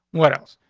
what else?